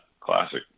classic